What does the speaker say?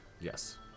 Yes